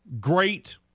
Great